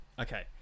Okay